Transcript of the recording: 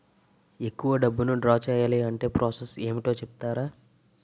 ఎక్కువ డబ్బును ద్రా చేయాలి అంటే ప్రాస సస్ ఏమిటో చెప్తారా?